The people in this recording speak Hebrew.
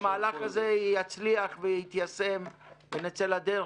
בסוף, כדי שהמהלך הזה יצליח וייושם ונצא לדרך,